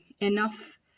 enough